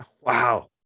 Wow